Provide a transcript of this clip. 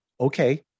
okay